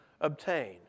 obtain